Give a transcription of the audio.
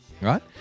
Right